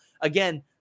again